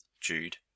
Jude